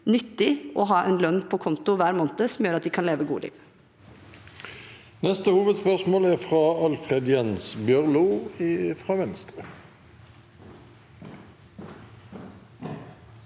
nyttig og ha en lønn på konto hver måned som gjør at de kan leve et godt liv.